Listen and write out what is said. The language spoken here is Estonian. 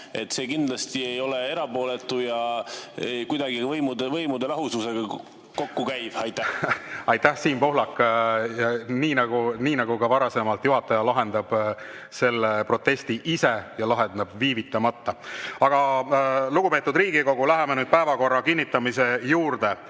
ise. See kindlasti ei ole erapooletu ja võimude lahususega kokkukäiv. Aitäh, Siim Pohlak! Nii nagu ka varasemalt, juhataja lahendab protesti ise ja lahendab selle viivitamata. Aga, lugupeetud Riigikogu, läheme nüüd päevakorra kinnitamise juurde.